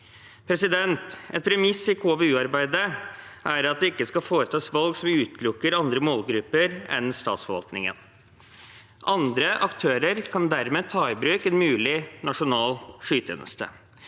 Et premiss i KVU-arbeidet er at det ikke skal foretas valg som utelukker andre målgrupper enn statsforvaltningen. Andre aktører kan dermed ta i bruk en mulig nasjonal skytjeneste.